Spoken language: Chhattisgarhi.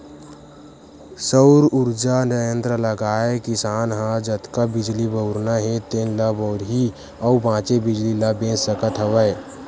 सउर उरजा संयत्र लगाए किसान ह जतका बिजली बउरना हे तेन ल बउरही अउ बाचे बिजली ल बेच सकत हवय